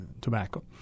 tobacco